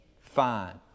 Fine